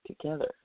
together